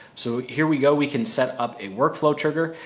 so here we go, we can set up a workflow trigger.